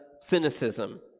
cynicism